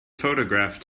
photograph